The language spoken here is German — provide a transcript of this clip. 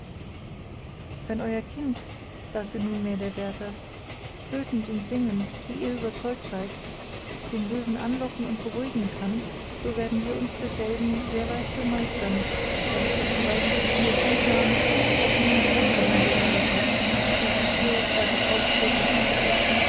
wenn euer kind sagte nunmehr der wärtel flötend und singend wie ihr überzeugt seid den löwen anlocken und beruhigen kann so werden wir uns desselben sehr leicht bemeistern da sich das gewaltige tier ganz nah an die durchbrochenen gewölbe hingelagert hat durch die wir da das haupttor verschüttet ist